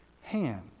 hand